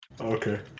Okay